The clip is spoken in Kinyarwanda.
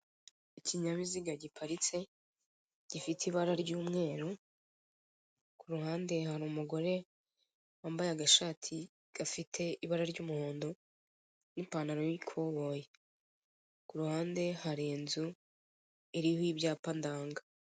Ikinyabiziga giparitse gifite ibara ry'umweru kuruhande hari umugore wambaye agashati gafite ibara ry'umuhondo n'ipantaro y'ikoboyi. Kuruhande hari inzu iriho ibyapa ndanga.